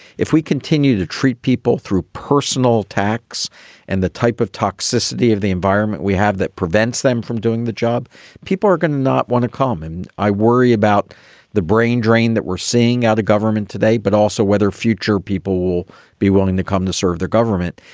if we continue to treat people through personal attacks and the type of toxicity of the environment we have that prevents them from doing the job. people are going to not want to come in. i worry about the brain drain that we're seeing out of government today, but also whether future people will be willing to come to serve their government.